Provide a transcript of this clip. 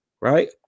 Right